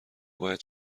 باید